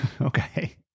okay